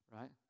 right